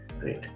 great